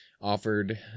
offered